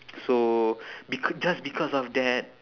so bec~ just because of that